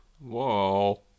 Whoa